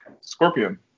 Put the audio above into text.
Scorpion